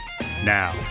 Now